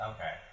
Okay